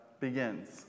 begins